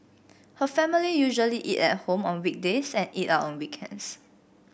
her family usually eat at home on weekdays and eat out on weekends